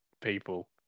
people